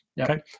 Okay